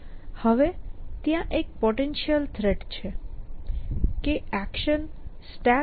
હવે ત્યાં એક પોટેન્શિયલ થ્રેટ છે કે એક્શન StackN